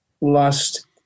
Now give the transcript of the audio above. lust